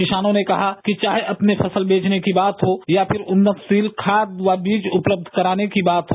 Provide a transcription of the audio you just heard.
किसानों ने कहा कि चाहे अपने फसल बेचने की बात हो या फिर उन्तशील खाद व बीज उपलब्य कराने की बात हो